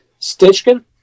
Stitchkin